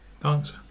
Thanks